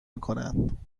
میکنند